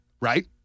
right